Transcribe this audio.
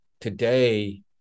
today